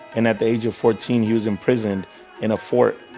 and at the age of fourteen he was imprisoned in a fort,